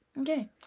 okay